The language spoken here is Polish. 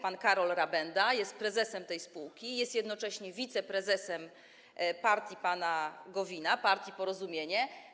Pan Karol Rabenda jest prezesem tej spółki i jest jednocześnie wiceprezesem partii pana Gowina, partii Porozumienie.